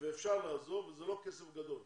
ואפשר לעזור, וזה לא כסף גדול.